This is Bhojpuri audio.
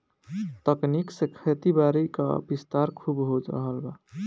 तकनीक से खेतीबारी क विस्तार खूब हो रहल बा